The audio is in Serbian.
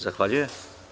Zahvaljujem.